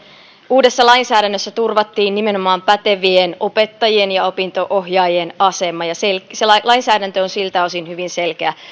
uudessa lainsäädännössä turvattiin nimenomaan pätevien opettajien ja opinto ohjaajien asema ja se lainsäädäntö on siltä osin hyvin selkeä